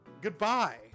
Goodbye